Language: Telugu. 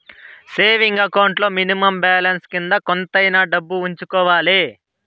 సేవింగ్ అకౌంట్ లో మినిమం బ్యాలెన్స్ కింద కొంతైనా డబ్బు ఉంచుకోవాలి